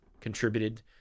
contributed